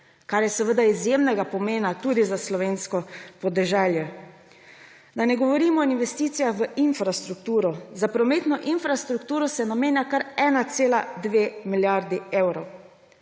kar je seveda izjemnega pomena tudi za slovensko podeželje. Da ne govorim o investicijah v infrastrukturo. Za prometno infrastrukturo se namenja kar 1,2 milijarde evrov.